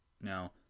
Now